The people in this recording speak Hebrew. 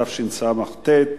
התשס"ט,